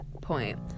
Point